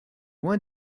loin